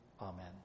Amen